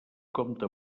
comte